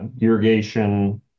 irrigation